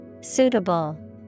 Suitable